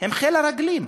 הן חיל הרגלים,